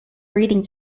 breathing